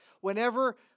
Whenever